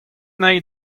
anezhi